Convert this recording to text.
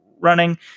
running